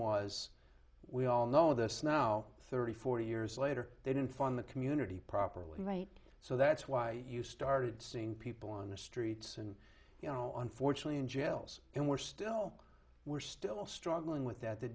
was we all know this now thirty forty years later they didn't fund the community properly right so that's why you started seeing people on the streets and you know unfortunately in jails and we're still we're still struggling with that the